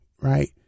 right